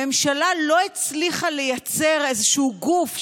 הממשלה לא הצליחה לייצר איזשהו גוף שמסנכרן,